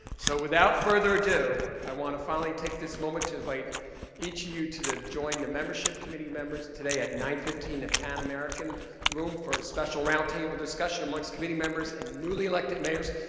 so without further ado, i wanna finally take this moment to invite each you to join the membership committee members today at nine fifteen at panamerican room for a special round table discussion amongst committee members and newly-elected mayors,